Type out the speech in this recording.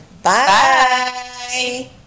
Bye